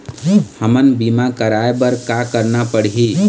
हमन बीमा कराये बर का करना पड़ही?